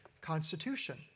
Constitution